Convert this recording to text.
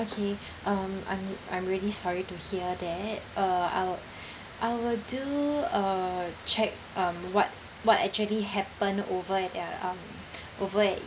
okay um I'm I'm really sorry to hear that uh I'll I will do a check um what what actually happened over at their um over at